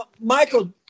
Michael